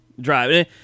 driving